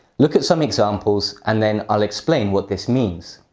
look at some examples, and then i'll explain what this means